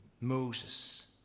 Moses